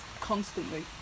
constantly